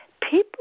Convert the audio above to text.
people